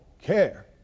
care